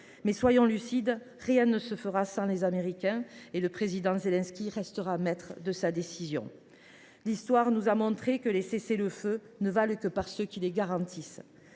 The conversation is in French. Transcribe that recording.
Mais soyons lucides, rien ne se fera sans les Américains, et le président Zelensky restera maître de sa décision. L’Histoire nous a montré que les cessez le feu ne valent que par ceux qui les garantissent.